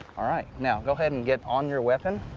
all right, now go ahead and get on your weapon.